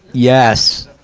yes!